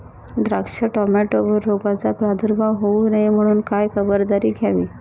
द्राक्ष, टोमॅटोवर रोगाचा प्रादुर्भाव होऊ नये म्हणून काय खबरदारी घ्यावी?